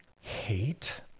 hate